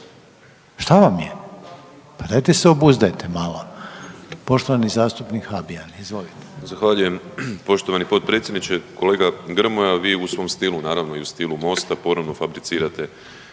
Šta vam je? Pa dajte se obuzdajte malo. Poštovani zastupnik Habijan, izvolite.